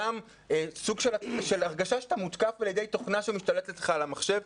גם הרגשה שאתה מותקף על ידי תוכנה שמשתלטת לך על המחשב,